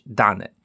dane